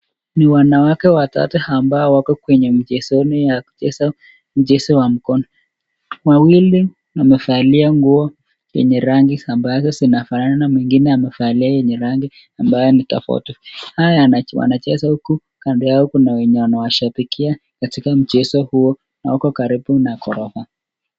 Ni wanawake watatu ambao wako kwenye mchezoni wa kucheza mchezo wa mkono. Wawili wamevalia nguo yenye rangi ambazo zinafanana na mwingine amevalia yenye rangi ambayo ni tofauti. Haya wanacheza huku kando yao kuna wenye wanawashabikia katika mchezo huu na wako karibu na ghorofa.